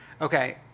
Okay